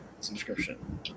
subscription